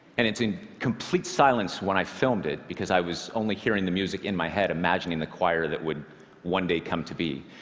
and it's in complete silence when i filmed it, because i was only hearing the music in my head, imagining the choir that would one day come to be.